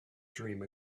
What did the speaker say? dream